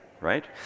right